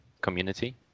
community